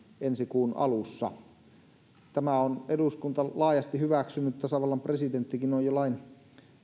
ensi kuun alussa tämän on eduskunta laajasti hyväksynyt tasavallan presidenttikin on jo lain